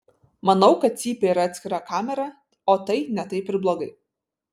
manau kad cypė yra atskira kamera o tai ne taip ir blogai